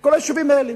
בכל היישובים האלה